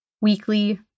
weekly